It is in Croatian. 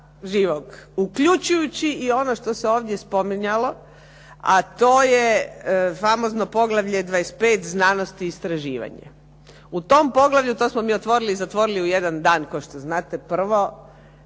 živog, uključujući i ono što se ovdje spominjalo, a to je famozno poglavlje 25.-Znanost i istraživanje. U tom poglavlju, to smo mi otvorili i zatvorili u jedan dan kao što znate, prvo